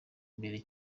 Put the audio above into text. imbere